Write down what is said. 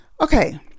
Okay